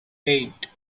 eight